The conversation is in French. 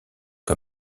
que